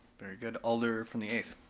very good, alder from the eighth.